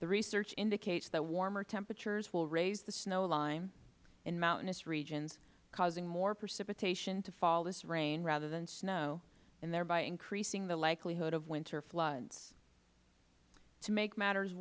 the research indicates that warmer temperatures will raise the snow line in mountainous regions causing more precipitation to fall as rain rather than snow and thereby increasing the likelihood of winter floods to make matters